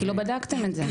לא , כי לא בדקתם את זה.